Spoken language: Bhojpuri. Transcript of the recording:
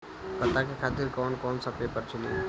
पता के खातिर कौन कौन सा पेपर चली?